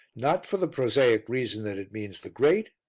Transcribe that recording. not for the prosaic reason that it means the great,